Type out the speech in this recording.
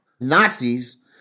Nazis